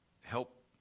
help